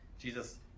Jesus